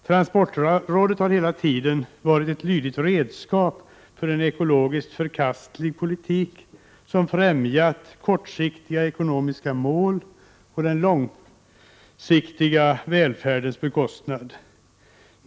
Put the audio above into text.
Transportrådet har hela tiden varit ett lydigt redskap för en ekologiskt förkastlig politik, som främjat kortsiktiga ekonomiska mål på den långsiktiga välfärdens beskostnad.